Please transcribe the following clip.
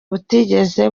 butigeze